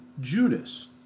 Judas